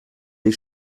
des